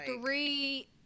three